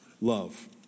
love